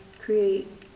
create